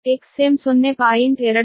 ಆದ್ದರಿಂದ Xm 0